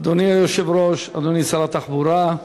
אדוני היושב-ראש, אדוני שר התחבורה,